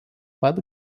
pat